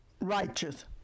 righteous